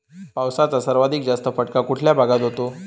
पावसाचा सर्वाधिक जास्त फटका कुठल्या भागात होतो?